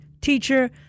teacher